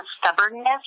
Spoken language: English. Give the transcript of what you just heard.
stubbornness